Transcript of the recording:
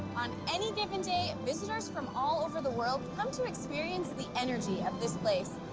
on any given day, visitors from all over the world come to experience the energy of this place.